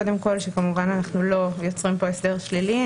קודם כול שכמובן אנחנו לא יוצרים פה הסדר שלילי,